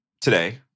today